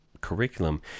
curriculum